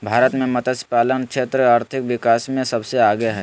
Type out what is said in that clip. भारत मे मतस्यपालन क्षेत्र आर्थिक विकास मे सबसे आगे हइ